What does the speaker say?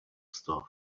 stuff